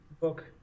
book